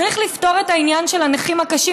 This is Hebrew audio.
צריך לפתור את העניין של הנכים הקשים,